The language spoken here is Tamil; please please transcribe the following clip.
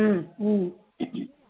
ம் ம்